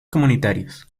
comunitarios